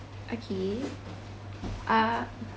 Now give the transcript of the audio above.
okay uh